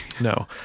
No